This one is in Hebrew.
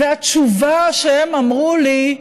והתשובה שהם אמרו לי: